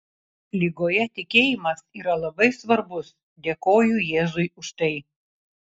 ligoje tikėjimas yra labai svarbus dėkoju jėzui už tai